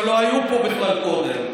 שלא היו פה בכלל קודם,